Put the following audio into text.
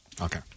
okay